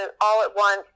all-at-once